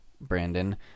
Brandon